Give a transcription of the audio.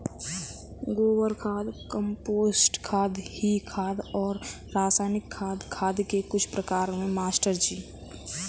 गोबर खाद कंपोस्ट खाद हरी खाद और रासायनिक खाद खाद के कुछ प्रकार है मास्टर जी